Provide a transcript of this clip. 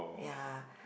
ya